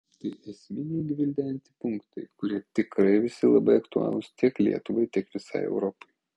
tai esminiai gvildenti punktai kurie tikrai visi labai aktualūs tiek lietuvai tiek visai europai